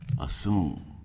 assume